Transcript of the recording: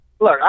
Look